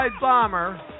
bomber